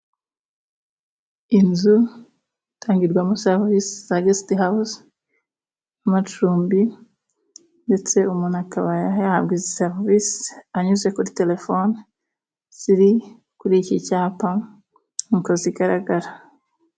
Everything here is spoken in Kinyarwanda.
Inzu itangirwamo serivisi za gesite hawuze, amacumbi, ndetse umuntu akaba yahabwa izi serivise anyuze kuri telefone ziri kuri iki cyapa nk'uko zigaragara.